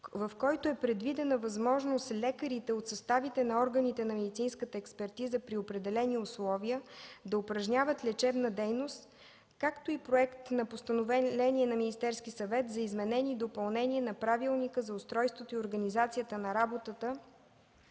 в който е предвидена възможност лекарите от съставите на органите на медицинската експертиза да упражняват лечебна дейност при определени условия, както и проект на Постановление на Министерския съвет за изменение и допълнение на Правилника за устройството и организацията на работата